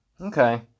Okay